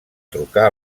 trucar